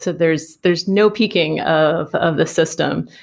so there's there's no peeking of of the system.